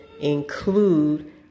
include